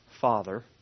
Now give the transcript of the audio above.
father